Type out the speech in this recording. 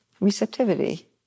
receptivity